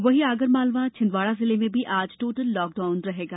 वहीं आगरमालवा छिंदवाड़ा जिले में भी आज टोटल लॉकडाउन रहेगा